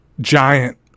giant